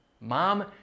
Mom